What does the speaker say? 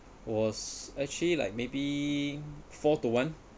was actually like maybe four to one